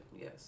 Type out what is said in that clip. yes